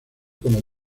como